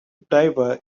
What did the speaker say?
diver